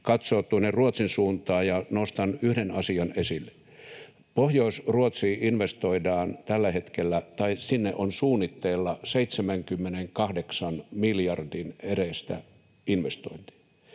katsoa tuonne Ruotsin suuntaan, ja nostan yhden asian esille: Pohjois-Ruotsiin tällä hetkellä investoidaan tai sinne on suunnitteilla 78 miljardin edestä investointeja.